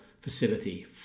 facility